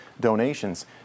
donations